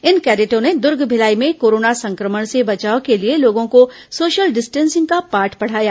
इन कैंडेटों ने दूर्ग भिलाई में कोरोना संक्रमण से बचाव के लिए लोगों को ँ सोशल डिस्टेंसिंग का पाठ पढ़ाया